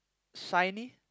shiny